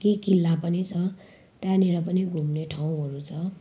के किल्ला पनि छ त्यहाँनेर पनि घुम्ने ठाउँहरू छ